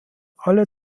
alle